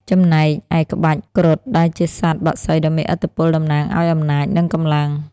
ចំណែកឯក្បាច់ គ្រុឌ ដែលជាសត្វបក្សីដ៏មានឥទ្ធិពលតំណាងឱ្យអំណាច និងកម្លាំង។